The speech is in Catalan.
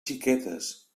xiquetes